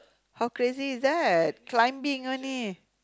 how crazy is that climbing only